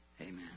Amen